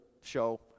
show